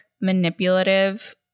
manipulative